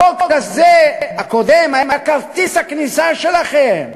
החוק הקודם היה כרטיס הכניסה שלכם.